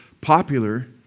popular